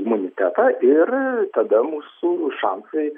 imunitetą ir tada mūsų šansai